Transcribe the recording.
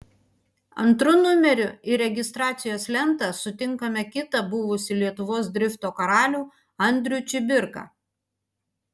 antru numeriu į registracijos lentą sutinkame kitą buvusį lietuvos drifto karalių andrių čibirką